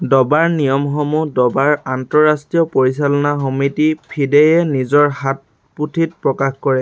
দবাৰ নিয়মসমূহ দবাৰ আন্তঃৰাষ্ট্ৰীয় পৰিচালনা সমিতি ফিডেয়ে নিজৰ হাতপুথিত প্ৰকাশ কৰে